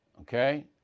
okay